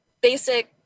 basic